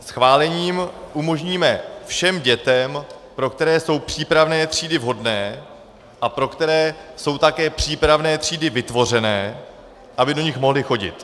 Schválením umožníme všem dětem, pro které jsou přípravné třídy vhodné a pro které jsou také přípravné třídy vytvořené, aby do nich mohly chodit.